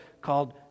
called